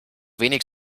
wenig